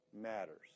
matters